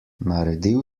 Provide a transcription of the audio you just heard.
naredil